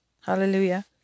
Hallelujah